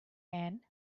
and